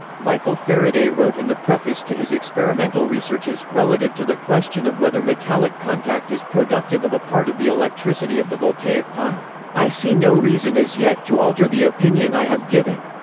michael faraday wrote in the preface to his experimental researches, relative to the question of whether metallic contact is productive of a part of the electricity of the voltaic pile i see no reason as yet to alter the opinion i have given.